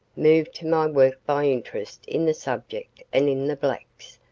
moved to my work by interest in the subject, and in the blacks,